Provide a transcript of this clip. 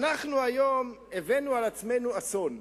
היום הבאנו על עצמנו אסון.